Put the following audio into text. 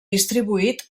distribuït